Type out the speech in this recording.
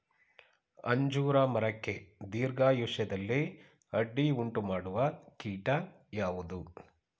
ಅಂಜೂರ ಮರಕ್ಕೆ ದೀರ್ಘಾಯುಷ್ಯದಲ್ಲಿ ಅಡ್ಡಿ ಉಂಟು ಮಾಡುವ ಕೀಟ ಯಾವುದು?